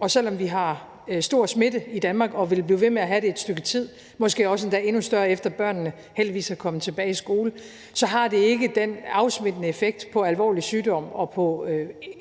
og selv om vi har stor smitte i Danmark og vil blive ved med at have det i et stykke tid, måske også endda endnu større, efter at børnene nu heldigvis er kommet tilbage i skole, så har det ikke den afsmittende effekt med alvorlig sygdom og